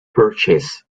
purchased